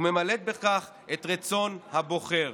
וממלאת בכך את רצון הבוחר.